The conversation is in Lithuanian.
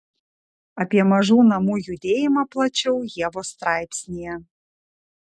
apie mažų namų judėjimą plačiau ievos straipsnyje